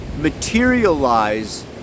materialize